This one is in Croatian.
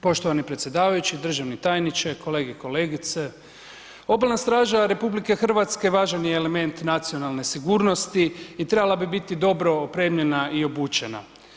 Poštovani predsjedavajući, državni tajniče, kolege, kolegice, Obalna straža RH važan je element nacionalne sigurnosti i trebala bi biti dobro opremljena i obučena.